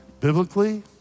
Biblically